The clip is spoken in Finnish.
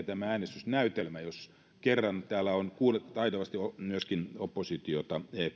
tämä äänestysnäytelmä jos kerran täällä on taitavasti myöskin oppositiota